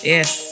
Yes